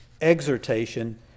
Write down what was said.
exhortation